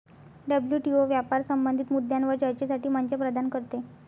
WTO व्यापार संबंधित मुद्द्यांवर चर्चेसाठी मंच प्रदान करते